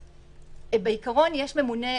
בעיקרון יש ממונה.